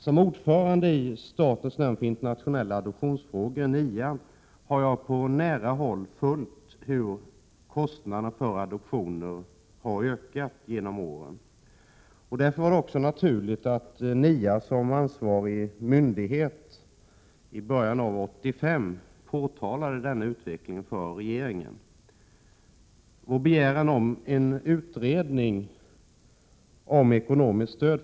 Som ordförande i statens nämnd för internationella adoptionsfrågor, NIA, har jag på nära håll följt hur kostnaderna för adoptioner har stigit genom åren. Det var därför naturligt att NIA, såsom ansvarig myndighet, påtalade denna utveckling för regeringen i början av 1985.